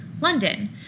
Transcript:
London